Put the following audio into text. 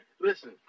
listen